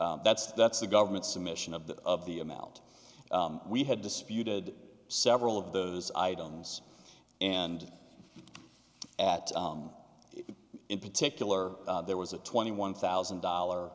that's that's the government submission of the of the amount we had disputed several of those items and at that in particular there was a twenty one thousand dollar